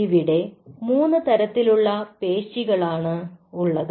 ഇവിടെ മൂന്നുതരത്തിലുള്ള പേശികളാണ് ഉള്ളത്